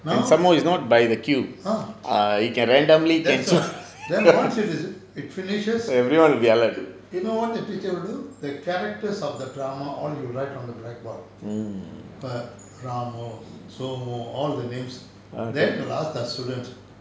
now ah that's why then once it is finishes you know what the teacher will do the characters of the drama all will write on the blackboard err ramo sumo all of the names then he will ask the students